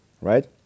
right